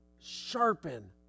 sharpen